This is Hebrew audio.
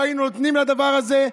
לא היינו נותנים יד לדבר הזה.